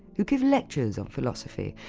who give lectures on philosophy,